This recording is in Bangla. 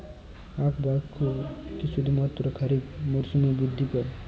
আখ বা ইক্ষু কি শুধুমাত্র খারিফ মরসুমেই বৃদ্ধি পায়?